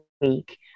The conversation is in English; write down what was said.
week